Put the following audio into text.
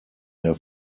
der